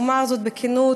אומר זאת בכנות,